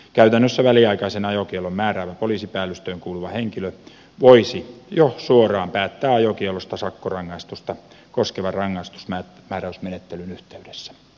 käytännössä väliaikaisen ajokiellon määräävä poliisipäällystöön kuuluva henkilö voisi jo suoraan päättää ajokiellosta sakkorangaistusta koskevan rangaistusmääräysmenettelyn yhteydessä